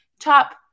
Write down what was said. top